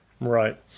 Right